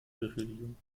beryllium